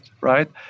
right